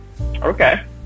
okay